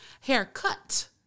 haircut